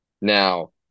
Now